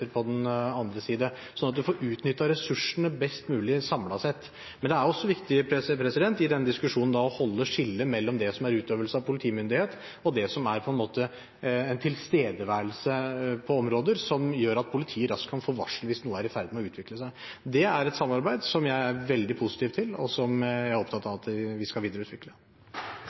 på den andre siden sånn at en får utnyttet ressursene best mulig samlet sett. Men det er også viktig i denne diskusjonen å holde skillet mellom det som er utøvelse av politimyndighet, og det som er tilstedeværelse på områder om gjør at politiet raskt kan få varsel hvis noe er i ferd med å utvikle seg. Det er et samarbeid jeg er veldig positiv til, og som jeg er opptatt av at vi skal videreutvikle.